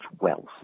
wealth